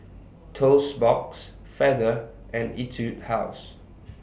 Toast Box Feather and Etude House